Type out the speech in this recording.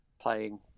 playing